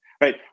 Right